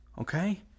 Okay